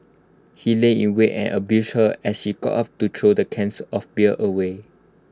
he lay in wait and ambushed her as she got up to throw the cans of beer away